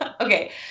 Okay